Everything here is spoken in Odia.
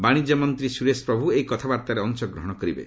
ବାଶିଜ୍ୟ ମନ୍ତ୍ରୀ ସୁରେଶ ପ୍ରଭୁ ଏହି କଥାବାର୍ଭାରେ ଅଂଶଗ୍ରହଣ କରିବେ